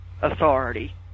authority